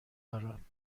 دارم